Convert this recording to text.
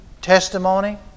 testimony